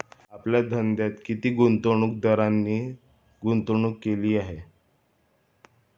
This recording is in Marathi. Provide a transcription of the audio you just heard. आपल्या धंद्यात किती गुंतवणूकदारांनी गुंतवणूक केली आहे?